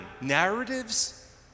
narratives